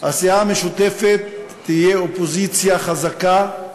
הסיעה המשותפת תהיה אופוזיציה חזקה,